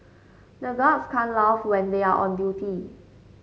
the guards can't laugh when they are on duty